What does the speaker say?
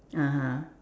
(uh huh)